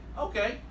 Okay